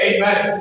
Amen